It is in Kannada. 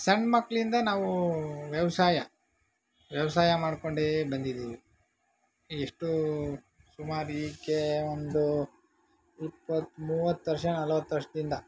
ಸಣ್ಣಮಕ್ಳಿಂದ ನಾವು ವ್ಯವಸಾಯ ವ್ಯವಸಾಯ ಮಾಡಿಕೊಂಡೇ ಬಂದಿದ್ದೀವಿ ಇಷ್ಟು ಸುಮಾರು ಈಗ್ಗೆ ಒಂದು ಇಪ್ಪತ್ತು ಮೂವತ್ತು ವರ್ಷ ನಲ್ವತ್ತು ವರ್ಷದಿಂದ